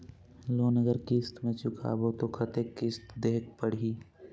Loan अगर किस्त म चुकाबो तो कतेक किस्त देहेक पढ़ही?